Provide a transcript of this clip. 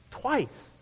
Twice